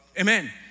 amen